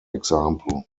example